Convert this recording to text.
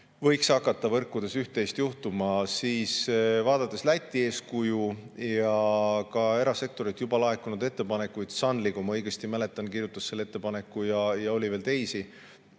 võiks hakata võrkudes üht-teist juhtuma. Vaadates Läti eeskuju ja ka erasektorilt laekunud ettepanekuid, Sunly, kui ma õigesti mäletan, kirjutas selle ettepaneku ja oli veel teisi,